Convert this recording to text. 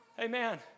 Amen